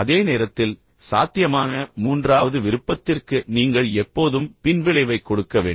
அதே நேரத்தில் சாத்தியமான மூன்றாவது விருப்பத்திற்கு நீங்கள் எப்போதும் பின்விளைவை கொடுக்க வேண்டும்